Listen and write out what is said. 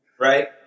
right